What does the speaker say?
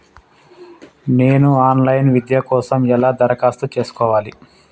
నేను online విద్య కోసం ఎలా దరఖాస్తు చేసుకోవాలి?